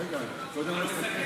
רגע, קודם נסכם.